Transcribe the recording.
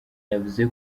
yavuze